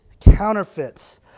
counterfeits